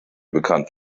bekannt